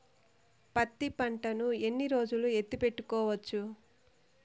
పత్తి పంటను ఎన్ని రోజులు ఎత్తి పెట్టుకోవచ్చు?